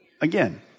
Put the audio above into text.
again